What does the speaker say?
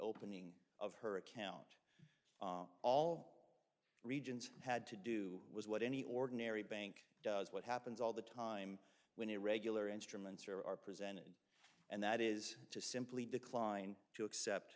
opening of her account all regions had to do was what any ordinary bank does what happens all the time when irregular instruments are are presented and that is to simply decline to accept